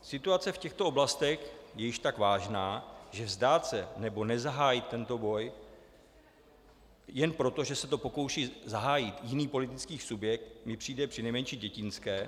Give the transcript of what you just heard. Situace v těchto oblastech je již tak vážná, že vzdát se nebo nezahájit tento boj jen proto, že se to pokouší zahájit jiný politický subjekt, mi přijde přinejmenším dětinské.